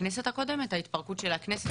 הכנסת הקודמת, ההתפרקות של הכנסת וכו'.